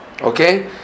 okay